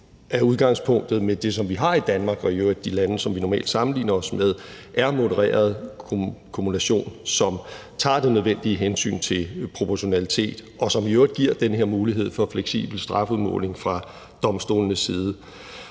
effekt. Udgangspunktet for det, vi har i Danmark og i øvrigt i de lande, som vi normalt sammenligner os med, er modereret kumulation, som tager det nødvendige hensyn til proportionalitet, og som i øvrigt giver den her mulighed for fleksibel strafudmåling fra domstolenes side.